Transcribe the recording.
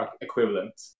equivalent